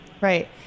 Right